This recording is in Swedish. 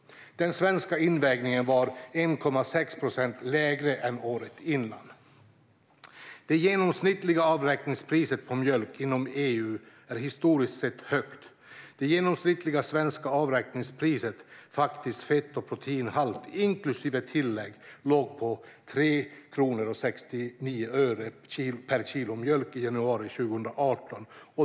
Den svenska invägningen var 1,6 procent lägre än året innan. Det genomsnittliga avräkningspriset på mjölk inom EU är historiskt sett högt. Det genomsnittliga svenska avräkningspriset - faktisk fett och proteinhalt - inklusive tillägg låg på 3,69 kronor per kilo mjölk i januari 2018.